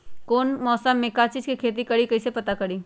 कौन मौसम में का चीज़ के खेती करी कईसे पता करी?